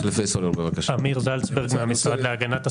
אני אמיר זלצברג, מהמשרד להגנת הסביבה.